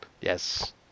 yes